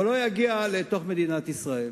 אבל לא יגיע לתוך מדינת ישראל,